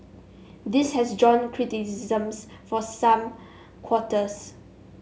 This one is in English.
this has drawn criticisms from some quarters